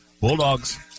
Bulldogs